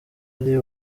ari